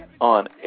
on